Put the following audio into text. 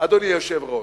אדוני היושב-ראש?